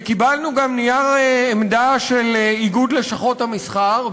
וקיבלנו גם נייר עמדה של איגוד לשכות המסחר,